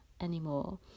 anymore